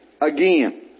again